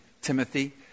Timothy